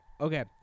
okay